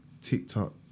TikTok